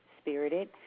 spirited